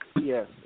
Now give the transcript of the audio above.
Yes